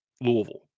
Louisville